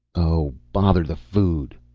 oh, bother the food,